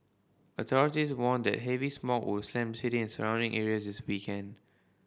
authorities warned that heavy smog would slam city and surrounding areas this weekend